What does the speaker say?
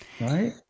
Right